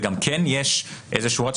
וגם כן יש רציונל,